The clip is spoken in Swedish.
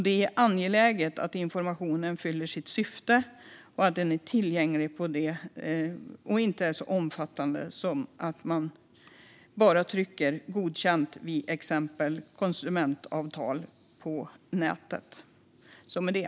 Det är angeläget att informationen fyller sitt syfte, att den är tillgänglig och att den inte är så omfattande så att man bara trycker och godkänner vid exempelvis konsumentavtal på nätet.